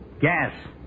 Gas